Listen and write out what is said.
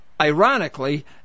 Ironically